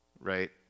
right